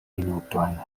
minutojn